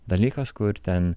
dalykas kur ten